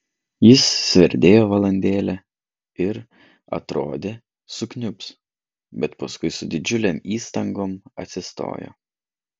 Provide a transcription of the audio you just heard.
jis sverdėjo valandėlę ir atrodė sukniubs bet paskui su didžiulėm įstangom atsistojo